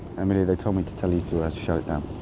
emilia, they told me to tell you to shut it down.